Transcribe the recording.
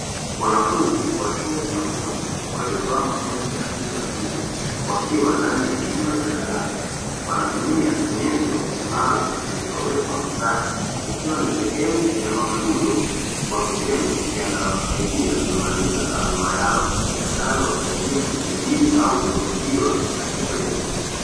Wanafunzi wa chuo cha ufundi waliovaa makoti ya rangi ya bluu, wakiwa ndani ya chumba cha darasa, wanatumia nyenzo maalumu zilizowekwa mezani, ikiwa ni sehemu ya mafunzo kwa vitendo, yanayowasaidia kuimarisha taaluma yao itakayo wasaidia kujiajili au kuajiliwa katika jamii.